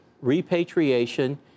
repatriation